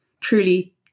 truly